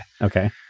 Okay